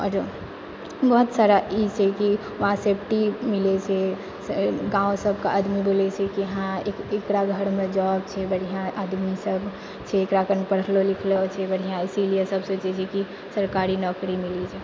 आओर बहुत सारा ई छै कि वहाँ सेफ्टी मिलै छै गाव सबके आदमी बोलै छै कि हाँ एकरा घरमे जॉब छै बढियाँ आदमी सब छै एकरा ओतय पढ़लो लिखलो छै बढियाँ इसलिए सब सोचै छै कि सरकारी नौकरी मिलि जाय